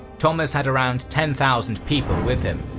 thomas had around ten thousand people with him,